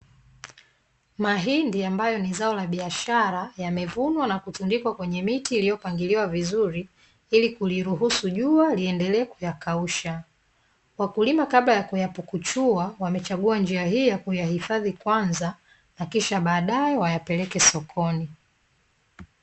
Mahindi ambayo ni zao la biashara, yamevunwa na kutundikwa kwenye miti iliyopangiliwa vizuri ili kuliruhusu jua liendelee kuyakausha, Wakulima kabla ya kuyapukuchua wamechagua njia hii ya kuyahifadhi kwanza na kisha baadae wayapeleke sokoni.